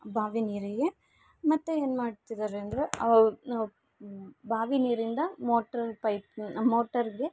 ಬಾವಿ ನೀರಿಗೆ ಮತ್ತೆ ಏನ್ಮಾಡ್ತಿದ್ದಾರೆ ಅಂದರೆ ಅವು ಬಾವಿ ನೀರಿಂದ ಮೋಟರ್ ಪೈಪ್ ಮೋಟರ್ಗೆ